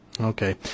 Okay